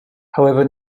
however